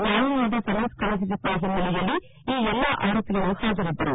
ನ್ಯಾಯಾಲಯದ ಸಮನ್ಪ್ ಕಳಿಸಿದ್ದ ಹಿನ್ನೆಲೆಯಲ್ಲಿ ಈ ಎಲ್ಲಾ ಆರೋಪಿಗಳು ಹಾಜರಿದ್ದರು